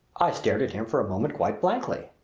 i stared at him for a moment quite blankly.